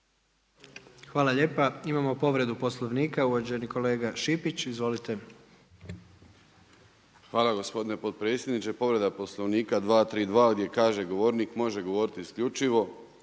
Hvala lijepa. Imamo povredu Poslovnika, uvaženi kolega Šipić. Izvolite. **Šipić, Ivan (HDZ)** Hvala gospodine potpredsjedniče. Povreda Poslovnika 232. gdje kaže govornik može govoriti isključivo